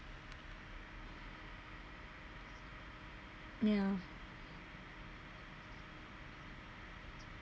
yeah